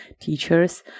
teachers